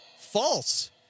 false